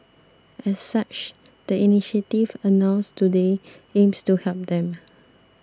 as such the initiatives announced today aims to help them